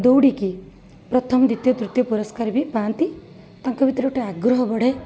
ଦୌଡ଼ିକି ପ୍ରଥମ ଦ୍ଵିତୀୟ ତୃତୀୟ ପୁରସ୍କାର ବି ପାଆନ୍ତି ତାଙ୍କ ଭିତରେ ଗୋଟେ ଆଗ୍ରହ ବଢ଼େ